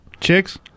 Chicks